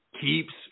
keeps